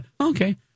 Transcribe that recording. okay